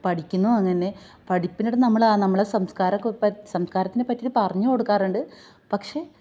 പഠിക്കുന്നുവങ്ങനെ പഠിപ്പിനിടെ നമ്മൾ നമ്മളെ സംസ്കാരൊക്കെ ഇപ്പോൾ സംസ്കാരത്തിനെ പറ്റീട്ട് പറഞ്ഞുകൊടുക്കാറുണ്ട് പക്ഷേ